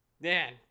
Man